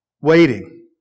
waiting